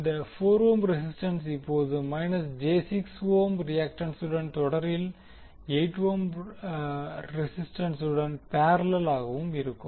இந்த 4 ohm resistance இப்போது minus j6 ohm ரியாக்டன்சுடன் தொடரில் 8 ஓம் ரெசிடன்சுடன் பேர்லலாக இருக்கும்